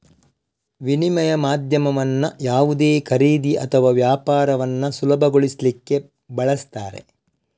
ವಿನಿಮಯ ಮಾಧ್ಯಮವನ್ನ ಯಾವುದೇ ಖರೀದಿ ಅಥವಾ ವ್ಯಾಪಾರವನ್ನ ಸುಲಭಗೊಳಿಸ್ಲಿಕ್ಕೆ ಬಳಸ್ತಾರೆ